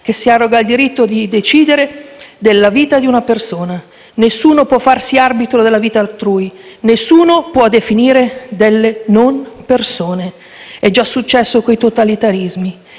che si arroga il diritto di decidere della vita di una persona. Nessuno può farsi arbitro della vita altrui, nessuno può definire delle non persone. È già successo con i totalitarismi